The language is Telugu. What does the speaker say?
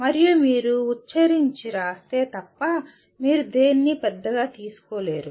మరియు మీరు ఉచ్చరించి వ్రాస్తే తప్ప మీరు దేనినీ పెద్దగా తీసుకోలేరు